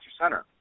Center